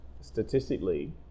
statistically